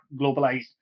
globalized